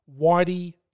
whitey